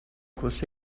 کوس